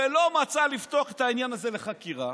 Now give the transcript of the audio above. ולא מצא לפתוח את העניין הזה לחקירה,